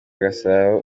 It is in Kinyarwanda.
gasabo